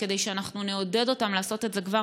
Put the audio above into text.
וכדי שאנחנו נעודד אותם לעשות את זה כבר